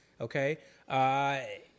Okay